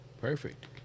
Perfect